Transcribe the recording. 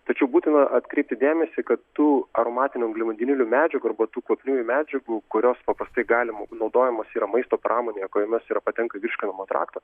tačiau būtina atkreipti dėmesį kad tų aromatinių angliavandenilių medžiagų arba tų kvapniųjų medžiagų kurios paprastai galimu naudojamos yra maisto pramonėje kuriomis yra patenka į virškinimo traktą